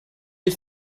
you